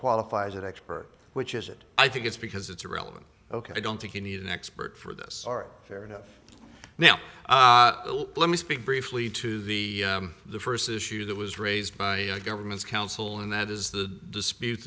qualify as an expert which is it i think it's because it's a relevant ok i don't think you need an expert for this are fair enough now let me speak briefly to the the first issue that was raised by government's counsel and that is the dispute